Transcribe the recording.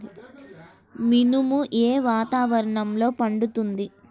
మినుము ఏ వాతావరణంలో పండుతుంది?